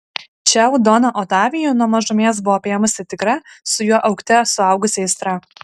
čiau doną otavijų nuo mažumės buvo apėmusi tikra su juo augte suaugusi aistra